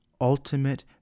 ultimate